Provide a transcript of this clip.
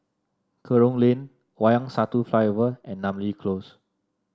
Kerong Lane Wayang Satu Flyover and Namly Close